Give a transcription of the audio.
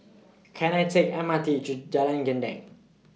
Can I Take M R T to Jalan Gendang